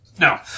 No